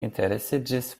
interesiĝis